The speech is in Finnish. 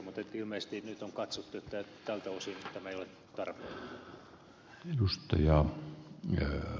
mutta ilmeisesti nyt on katsottu että tältä osin tämä ei ole tarpeellinen